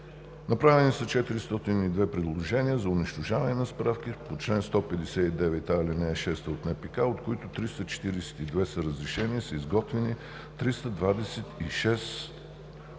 Направени са 402 предложения за унищожаване на справки по чл. 159а, ал. 6 от НПК, от които 342 са разрешени и са изготвени 326 протокола